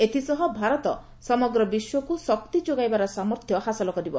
ଏଥିସହ ଭାରତ ସମଗ୍ର ବିଶ୍ୱକୁ ଶକ୍ତି ଯୋଗାଇବାର ସାମର୍ଥ୍ୟ ହାସଲ କରିବ